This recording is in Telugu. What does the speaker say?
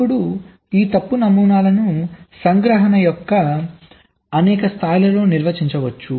ఇప్పుడు ఈ తప్పు నమూనాలను సంగ్రహణ యొక్క అనేక స్థాయిలలో నిర్వచించవచ్చు